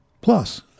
Plus